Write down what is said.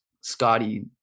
Scotty